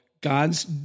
gods